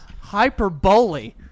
Hyperbole